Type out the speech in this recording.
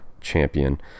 champion